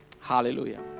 Hallelujah